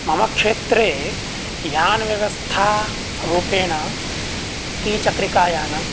मम क्षेत्रे यानव्यवस्थारूपेण ई चक्रिकायानं